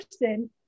person